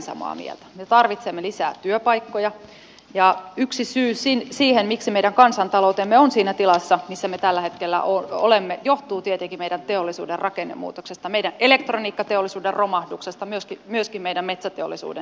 me tarvitsemme lisää työpaikkoja ja yksi syy siihen että meidän kansantaloutemme on siinä tilassa missä me tällä hetkellä olemme on tietenkin meidän teollisuutemme rakennemuutos meidän elektroniikkateollisuutemme romahdus myöskin meidän metsäteollisuutemme vaikeudet